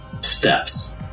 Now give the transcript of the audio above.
steps